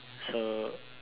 so